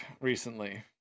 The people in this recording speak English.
recently